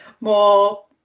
more